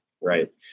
right